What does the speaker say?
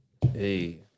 Hey